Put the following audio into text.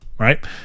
Right